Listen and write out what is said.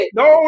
no